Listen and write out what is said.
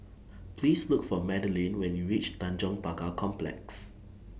Please Look For Madaline when YOU REACH Tanjong Pagar Complex